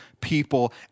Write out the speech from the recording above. people